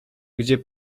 gdzie